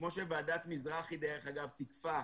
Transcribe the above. כמו שוועדת מזרחי תיקפה,